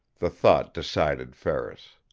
the thought decided ferris.